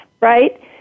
right